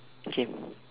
K